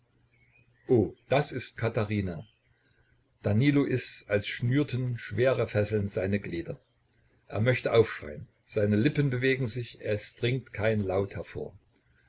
o das ist katherina danilo ist's als schnürten schwere fesseln seine glieder er möchte aufschrein seine lippen bewegen sich es dringt kein laut hervor